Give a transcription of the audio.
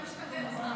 אני אשתדל.